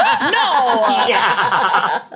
No